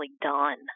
done